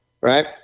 Right